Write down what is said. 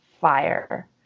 fire